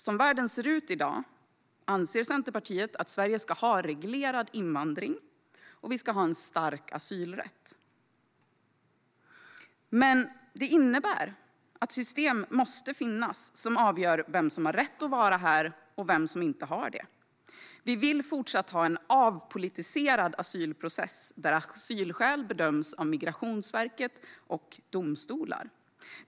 Som världen ser ut i dag anser Centerpartiet att Sverige ska ha reglerad invandring och att vi ska ha en stark asylrätt. Detta innebär att det måste finnas system som avgör vem som har rätt att vara här här och vem som inte har det. Vi vill fortsatt ha en avpolitiserad asylprocess där asylskäl bedöms av Migrationsverket och domstolar.